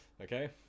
okay